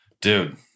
Dude